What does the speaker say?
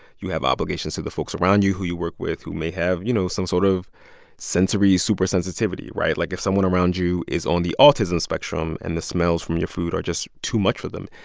you have obligations to the folks folks around you, who you work with, who may have, you know, some sort of sensory super-sensitivity, right? like, if someone around you is on the autism spectrum and the smells from your food are just too much for them.